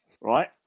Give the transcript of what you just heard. right